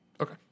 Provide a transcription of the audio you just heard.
Okay